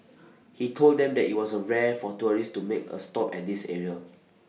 he told them that IT was A rare for tourists to make A stop at this area